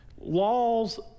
Laws